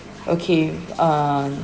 okay uh